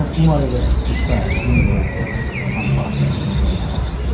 and while you're there, subscribe and leave a rating on the podcast, it would really help.